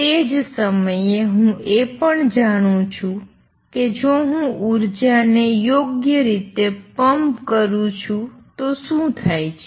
તે જ સમયે હું એ પણ જાણું છું કે જો હું ઉર્જાને યોગ્ય રીતે પંપ કરું તો શું થાય છે